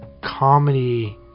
comedy